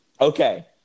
Okay